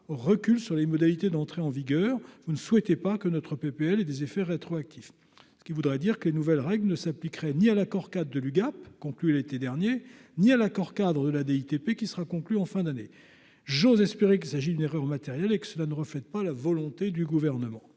recul sur les modalités d'entrée en vigueur, vous ne souhaitez pas que notre PPL et des effets rétroactifs ce qui voudrait dire que les nouvelles règles ne s'appliquerait ni à l'accord-cadre de l'UGAP, concluait l'été dernier, ni à l'accord-cadre de la TP qui sera conclu en fin d'année, j'ose espérer qu'il s'agit d'une erreur matérielle et que cela ne reflète pas la volonté du gouvernement,